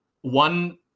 One